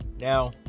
Now